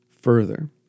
further